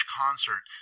concert